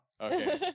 Okay